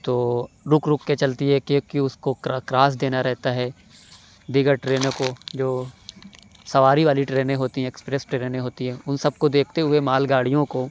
تو رُک رُک کے چلتی ہے کیوں کہ اُس کو کراس دینا رہتا ہے دیگر ٹرینوں کو جو سواری والی ٹرینیں ہوتی ہیں ایکسپریس ٹرینیں ہوتی ہیں اُن سب کو دیکھتے ہوئے مال گاڑیوں کو